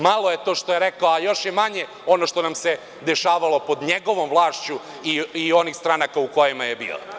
Malo je to što je rekao, a još je manje ono što nam se dešavalo pod njegovom vlašću i onih stranaka u kojima je bio.